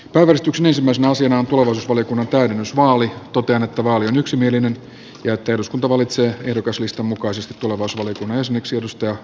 päivystyksen ensimmäisenä asiana luomus oli täydennysvaalit totean että vaali on yksimielinen ja että eduskunta valitsee ehdokaslistan mukaisesti tulevaisuusvaliokunnan jäseneksi kalle jokisen